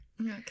Okay